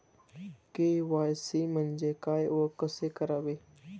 KYC म्हणजे काय व कसे करावे?